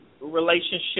relationship